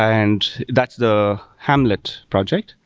and that's the hamlet project.